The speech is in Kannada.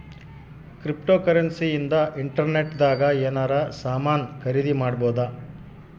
ಕ್ರಿಪ್ಟೋಕರೆನ್ಸಿ ಇಂದ ಇಂಟರ್ನೆಟ್ ದಾಗ ಎನಾರ ಸಾಮನ್ ಖರೀದಿ ಮಾಡ್ಬೊದು